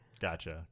Gotcha